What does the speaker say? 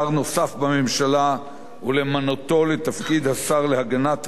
בממשלה ולמנותו לתפקיד השר להגנת העורף,